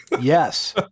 Yes